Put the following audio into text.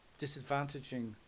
disadvantaging